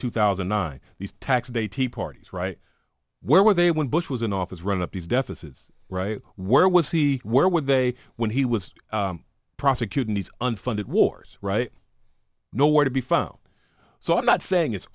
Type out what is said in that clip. two thousand and nine these tax day tea parties right where were they when bush was in office run up these deficits where was he where would they when he was prosecuting these unfunded wars right nowhere to be found so i'm not saying it's